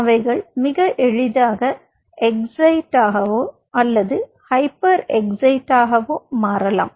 அவைகள் மிக எளிதாக எக்ஸைட்டோ அல்லது ஹைப்பர் எக்சைடாகவோ மாறலாம்